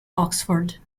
oxford